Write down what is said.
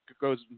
goes